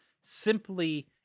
simply